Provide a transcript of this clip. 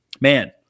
man